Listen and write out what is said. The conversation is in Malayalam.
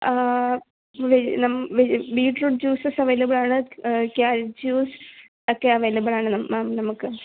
ബീറ്റ്റൂട്ട് ജ്യൂസസ് അവൈലബിൾ ആണ് കാരറ്റ് ജ്യൂസ് ഒക്കെ അവൈലബിൾ ആണ് മാം നമുക്ക്